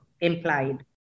implied